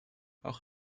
auch